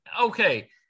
okay